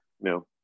No